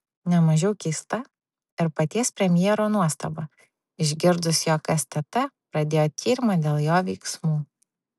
ne mažiau keista ir paties premjero nuostaba išgirdus jog stt pradėjo tyrimą dėl jo veiksmų